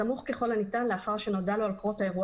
סמוך ככל הניתן לאחר שנודע לו על קרות האירוע